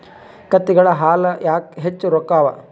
ಕತ್ತೆಗಳ ಹಾಲ ಯಾಕ ಹೆಚ್ಚ ರೊಕ್ಕ ಅವಾ?